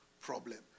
problem